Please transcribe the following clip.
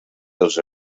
dels